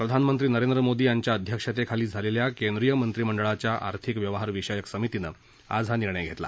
प्रधानमंत्री नरेंद्र मोदी यांच्या अध्यक्षतेखाली झालेल्या केंद्रीय मंत्रिमंडळाच्या आर्थिक व्यवहार विषयक समितीनं आज हा निर्णय घेतला